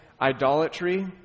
idolatry